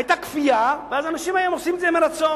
היתה כפייה, והיום אנשים עושים את זה מרצון.